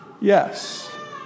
Yes